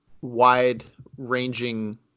wide-ranging